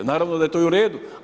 Naravno da je to u redu.